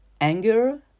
anger